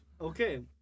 Okay